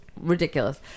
ridiculous